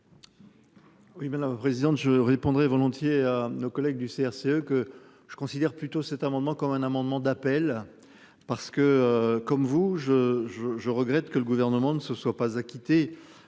Oui, mais la présidente, je répondrais volontiers à nos collègues du CRCE que je considère plutôt cet amendement comme un amendement d'appel. Parce que comme vous, je je je regrette que le gouvernement ne se soit pas acquitté